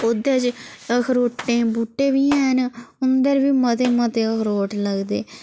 ते ओह्दे च अख़रोटें दे बूहटे बी हैन उंदे पर बी मते मते अखरोट लगदे